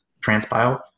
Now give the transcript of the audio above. transpile